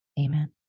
amen